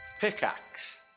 Pickaxe